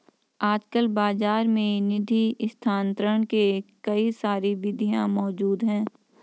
आजकल बाज़ार में निधि स्थानांतरण के कई सारी विधियां मौज़ूद हैं